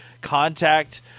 contact